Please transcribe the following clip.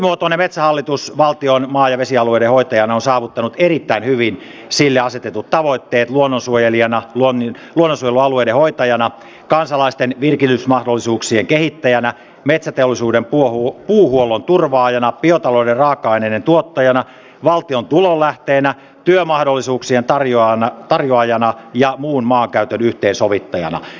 nykymuotoinen metsähallitus valtion maa ja vesialueiden hoitajana on saavuttanut erittäin hyvin sille asetetut tavoitteet luonnonsuojelijana luonnonsuojelualueiden hoitajana kansalaisten virkistysmahdollisuuksien kehittäjänä metsäteollisuuden puuhuollon turvaajana biotalouden raaka aineiden tuottajana valtion tulonlähteenä työmahdollisuuksien tarjoajana ja muun maankäytön yhteensovittajana